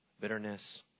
bitterness